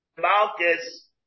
Malchus